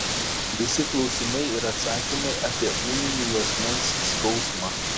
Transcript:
visi klausimai ir atsakymai apie ūminį juosmens skausmą